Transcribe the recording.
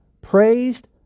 praised